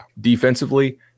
Defensively